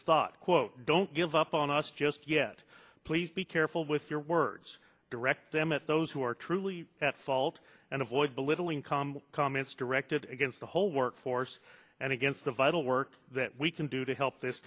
thought quote don't give up on us just yet please be careful with your words direct them at those who are truly at fault and avoid belittling calm comments directed against the whole workforce and against the vital work that we can do to help this